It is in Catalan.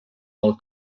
pel